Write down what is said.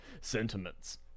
sentiments